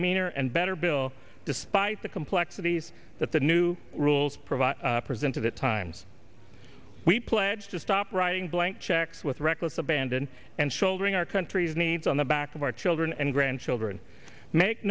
meaner and better bill despite the complexities that the new rules provide present to the times we pledge to stop writing blank checks with reckless abandon and shouldering our country's needs on the backs of our children and grandchildren make